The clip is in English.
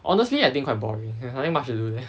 honestly I think quite boring nothing much to do there